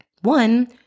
One